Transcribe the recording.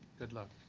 good luck.